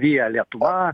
via lietuva